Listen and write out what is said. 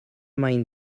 mind